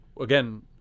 again